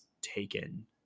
taken